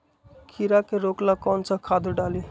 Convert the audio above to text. कीड़ा के रोक ला कौन सा खाद्य डाली?